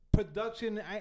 Production